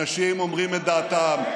אנשים אומרים את דעתם,